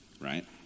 right